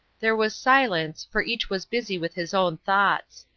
there was silence, for each was busy with his own thoughts.